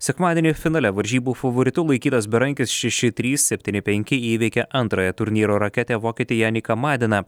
sekmadienį finale varžybų favoritu laikytas berankis šeši trys septyni penki įveikė antrąją turnyro raketę vokietį janiką madeną